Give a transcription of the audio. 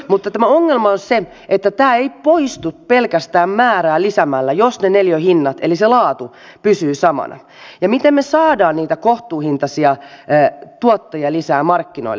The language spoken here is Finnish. mutta tämä ongelma on se että tämä ei poistu pelkästään määrää lisäämällä jos ne neliöhinnat eli se laatu pysyvät samana ja se miten me saamme niitä kohtuuhintaisia tuottajia lisää markkinoille